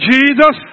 Jesus